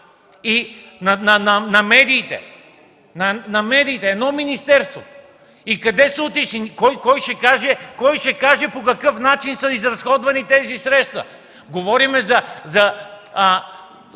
на медиите! На медиите – едно министерство! И къде са отишли? Кой ще каже по какъв начин са изразходвани тези средства? Говорим за